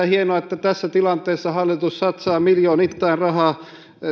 hienoa että tässä tilanteessa hallitus satsaa miljoonittain rahaa